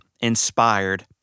Inspired